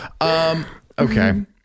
Okay